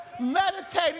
meditating